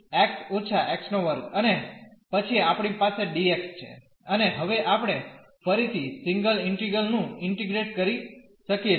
તેથી x − x2 અને પછી આપણી પાસે dx છે અને હવે આપણે ફરીથી સિંગલ ઈન્ટિગ્રલ નું ઇન્ટીગ્રેટ કરી શકીએ છીએ